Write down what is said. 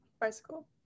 Bicycle